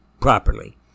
properly